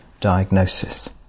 diagnosis